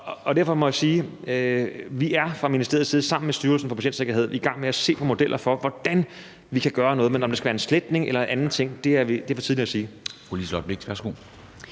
i? Derfor må jeg sige, at vi fra ministeriets side sammen med Styrelsen for Patientsikkerhed er i gang med at se på modeller for, hvordan vi kan gøre noget, men om det skal være en sletning eller en anden ting, er for tidligt at sige.